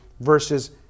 versus